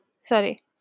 Sorry